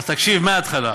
אז תקשיב מהתחלה.